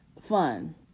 fun